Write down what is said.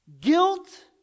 Guilt